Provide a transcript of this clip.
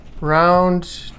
round